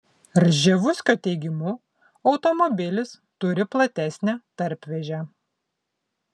rževuskio teigimu automobilis turi platesnę tarpvėžę